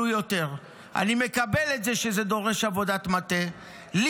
הנכות לכזאת שמאפשרת קיום בכבוד למי שאין